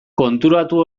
konturatu